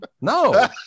No